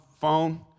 phone